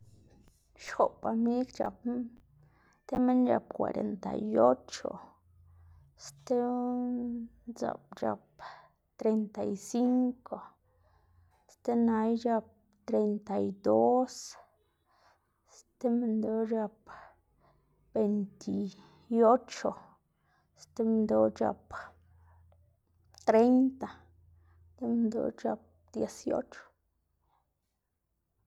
Xop amig c̲h̲apná tib minn c̲h̲ap cuarenta y ocho, stib ndzaꞌp c̲h̲ap treinta y cinco, sti nay c̲h̲ap treinta y dos, sti minndoꞌ c̲h̲ap veinti ocho, sti minndoꞌ c̲h̲ap treinta, sti minndoꞌ c̲h̲ap dieciocho.